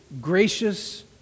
gracious